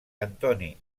antoni